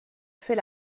fait